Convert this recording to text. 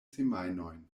semajnojn